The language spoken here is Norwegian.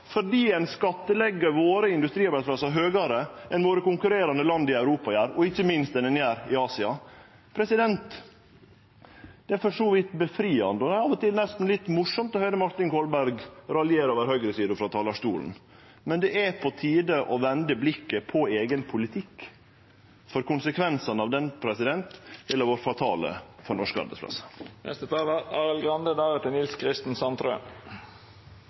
fordi ein skattlegg våre industriarbeidsplassar høgare enn våre konkurrerande land i Europa gjer, og ikkje minst enn ein gjer i Asia. Det er for så vidt befriande, og av og til nesten litt morosamt, å høyre Martin Kolberg raljere over høgresida frå talarstolen. Men det er på tide å vende blikket mot eigen politikk, for konsekvensane av den ville vore fatale for norske